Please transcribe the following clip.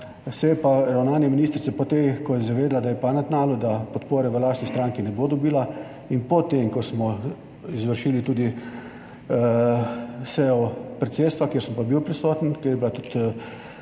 je pa ravnanje ministrice po tem, ko je izvedela, da je pa na tnalu, da podpore v lastni stranki ne bo dobila in po tem, ko smo izvršili tudi sejo predsedstva, kjer sem pa bil prisoten, kjer je bila tudi